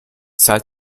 zahlt